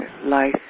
life